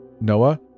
Noah